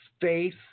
faith